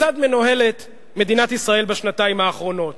לציבור כולו לראות כיצד מנוהלים ענייני הביטחון,